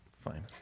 fine